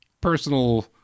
personal